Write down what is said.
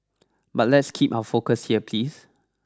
but let's keep our focus here please